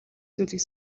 зүйлийг